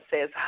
says